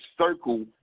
circle